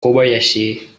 kobayashi